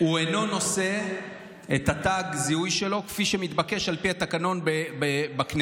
הוא אינו נושא את תג הזיהוי שלו כפי שמתבקש על פי התקנון בכנסת.